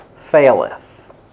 faileth